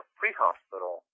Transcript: pre-hospital